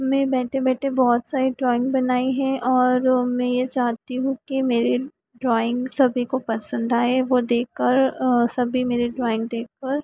में बैठे बैठे बहुत सारी ड्राइंग बनाई है और मैं यह चाहती हूँ कि मेरे ड्राइंग सभी को पसंद आए वह देखकर सभी मेरी ड्राइंग देखकर